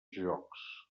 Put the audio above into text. jocs